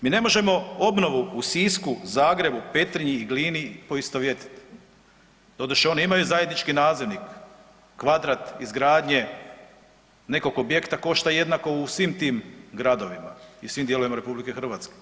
Mi ne možemo obnovu u Sisku, Zagrebu, Petrinji i Glini poistovjetiti, doduše one imaju zajednički nazivnik, kvadrat izgradnje nekog objekta košta jednako u svim tim gradovima i svim dijelovima RH.